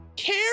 care